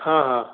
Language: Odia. ହଁ ହଁ